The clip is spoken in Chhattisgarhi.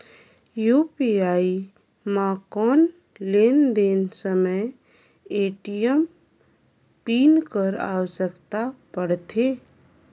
यू.पी.आई म कौन लेन देन समय ए.टी.एम पिन कर आवश्यकता पड़थे?